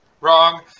wrong